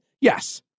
Yes